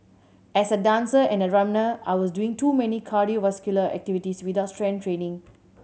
as a dancer and a runner I was doing too many cardiovascular activities without strength training